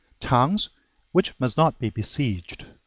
towns which must not be besieged,